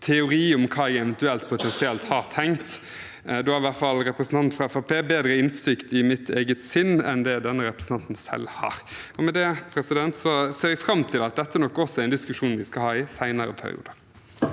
teori om hva jeg eventuelt, potensielt, har tenkt. Da har i hvert fall representanten fra Fremskrittspartiet bedre innsikt i mitt eget sinn enn det denne representanten selv har. Med det ser jeg fram til at dette nok er en diskusjon vi skal ha i senere perioder